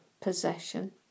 Possession